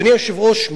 אדוני היושב-ראש,